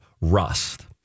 Rust